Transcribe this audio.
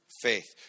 faith